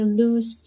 lose